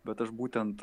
bet aš būtent